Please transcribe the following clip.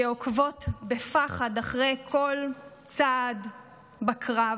שעוקבות בפחד אחרי כל צעד בקרב,